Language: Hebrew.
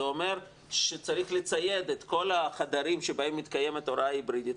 זה אומר שצריך לצייד את כל החדרים שבהם מתקיימת ההוראה ההיברידית